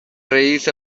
رئیس